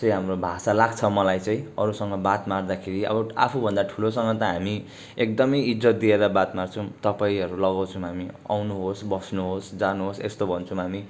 चाहिँ हाम्रो भाषा लाग्छ मलाई चाहिँ अरूसँग बात मार्दाखेरि अब आफूभन्दा ठुलोसँग त हामी एकदमै इज्जत दिएर बात मार्छौँ तपाईँहरू लगाउँछौँ हामी आउनुहोस् बस्नुहोस् जानुहोस् यस्तो भन्छौँ हामी